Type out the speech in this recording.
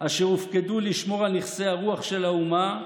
אשר הופקדו לשמור על נכסי הרוח של האומה,